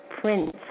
Prince